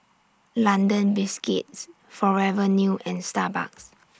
London Biscuits Forever New and Starbucks